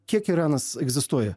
kiek iranas egzistuoja